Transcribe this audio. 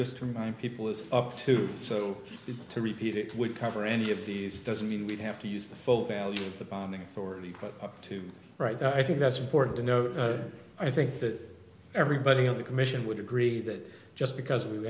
just remind people is up to so to repeat it would cover any of these doesn't mean we'd have to use the full value of the bombing story put to rights i think that's important to know i think that everybody on the commission would agree that just because we